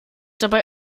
dabei